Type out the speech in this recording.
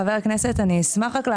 חבר הכנסת אמסלם,